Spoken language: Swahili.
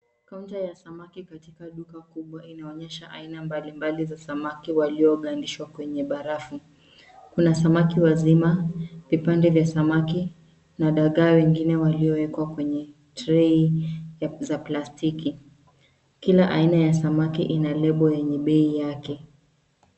Kaunta ya samaki katika duka kubwa, inaonyesha aina mbalimbali za samaki waliogandishwa kwenye barafu. Kuna samaki wazima, vipande vya samaki na dagaa wengine waliowekwa kwenye trei za plastiki. Kila aina ya samaki ina lebo yenye bei yake.